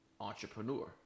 entrepreneur